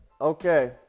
okay